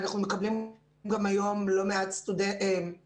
אנחנו מקבלים גם היום לא מעט עובדים